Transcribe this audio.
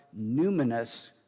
numinous